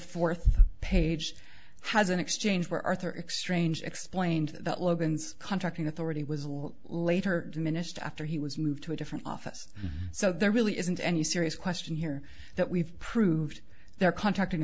fourth page has an exchange where arthur exchange explained that logan's contracting authority was a little later diminished after he was moved to a different office so there really isn't any serious question here that we've proved their contacting